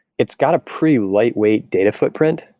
it's got a pretty lightweight data footprint,